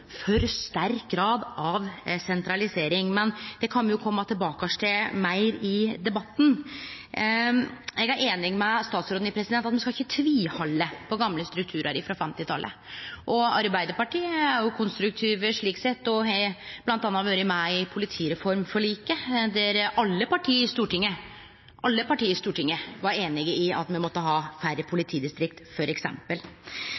for sterk grad av sentralisering. Men det kan me jo kome meir tilbake til i debatten. Eg er einig med statsråden i at me ikkje skal tvihalde på gamle strukturar frå 1950-talet, og i Arbeidarpartiet er me konstruktive slik sett. Eg har m.a. vore med i politireformforliket, der alle partia på Stortinget var einige om at me måtte ha færre